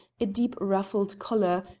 a deep ruffled collar,